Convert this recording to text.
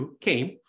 came